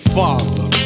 father